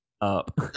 Up